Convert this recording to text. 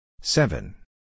Seven